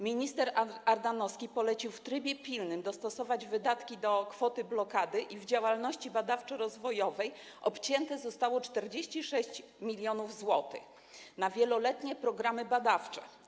Minister Ardanowski polecił w trybie pilnym dostosować wydatki do kwoty blokady i w działalności badawczo-rozwojowej obcięto 46 mln zł na wieloletnie programy badawcze.